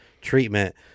treatment